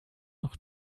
noch